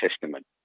Testament